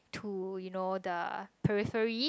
to you know the periphery